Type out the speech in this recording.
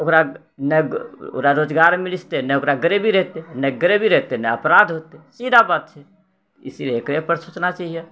ओकरा नहि रोजगार मिलि जेतै नहि ओकरा गरीबी रहतै नहि गरीबी रहतै नहि अपराध हौतै सीधा बात छै इसिलियै एकरे पर सोचना चाहियै